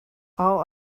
all